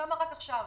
וקמה רק עכשיו,